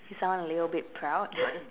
he sound a little bit proud